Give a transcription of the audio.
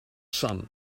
sun